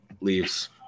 leaves